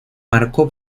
marcó